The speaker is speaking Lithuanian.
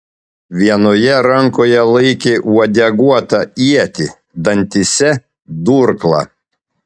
vienoje rankoje laikė uodeguotą ietį dantyse durklą